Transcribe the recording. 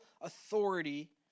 authority